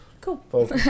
Cool